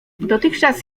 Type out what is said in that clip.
dotychczas